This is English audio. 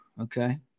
okay